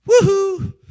Woo-hoo